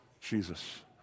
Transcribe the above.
Jesus